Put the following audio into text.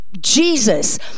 jesus